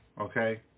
okay